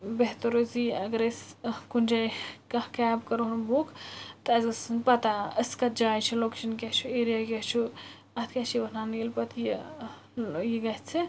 بہتر روزِ یی اَگر أسۍ کُنہِ جایہِ کانٛہہ کیب کَرہون بُک تہٕ اسہِ گَژھہِ آسٕنۍ پَتہ أسۍ کَتھ جایہِ چھِ لوکیشَن کیٛاہ چھِ ایٚریا کیٛاہ چھُ اَتھ کیٛاہ چھِ وَنان ییٚلہِ پَتہٕ یہِ ٲں یہِ گَژھہِ